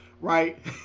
right